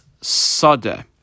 sade